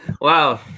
Wow